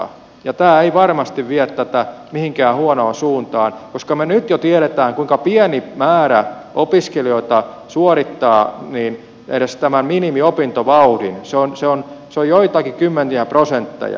tämä ei varmasti vie tätä mihinkään huonoon suuntaan koska me nyt jo tiedämme kuinka pieni määrä opiskelijoita suorittaa edes tämän minimiopintovauhdin se on joitakin kymmeniä prosentteja